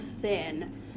thin